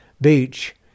beach